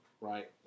Right